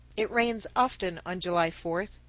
it rains often on july fourth.